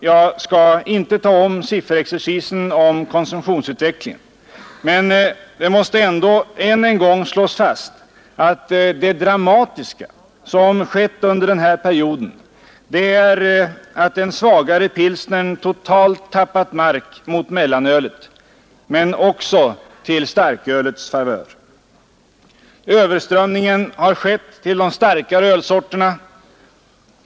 Jag skall inte upprepa sifferexercisen om konsumtionsutvecklingen. Men det måste ändå än en gång slås fast, att det dramatiska som skett under den här perioden är att den svagare pilsnern totalt tappat mark mot mellanölet men också till starkölets favör. Överströmningen har skett till de starkare ölsorterna.